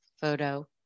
Photo